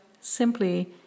simply